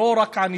לא רק ענישה.